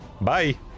Bye